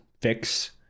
fix